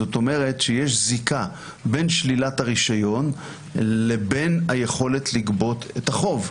זאת אומרת שיש זיקה בין שלילת הרישיון לבין היכולת לגבות את החוב.